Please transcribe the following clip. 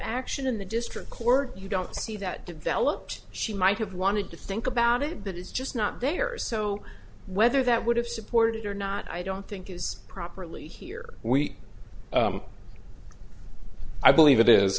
action in the district court you don't see that developed she might have wanted to think about it but it's just not there so whether that would have supported or not i don't think is properly here we i believe it is